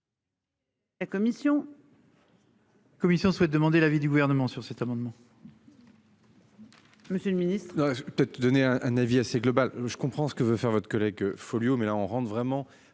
Commission souhaitent demander l'avis du gouvernement sur cet amendement.